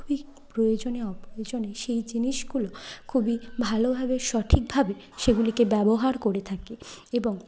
খুবই প্রয়োজনে অপ্রয়োজনে সেই জিনিসগুলো খুবই ভালোভাবে সঠিকভাবে সেগুলিকে ব্যবহার করে থাকি এবং